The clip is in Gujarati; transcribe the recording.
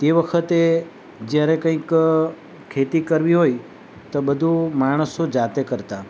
તે વખતે જ્યારે કંઈક ખેતી કરવી હોય તો બધું માણસો જાતે કરતા